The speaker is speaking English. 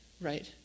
right